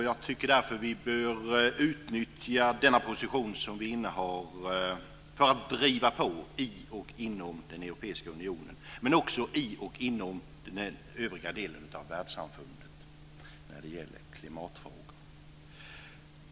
Jag tycker därför att vi bör utnyttja den position som vi innehar för att driva på klimatfrågorna inom den europeiska unionen och också inom den övriga delen av världssamfundet.